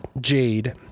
Jade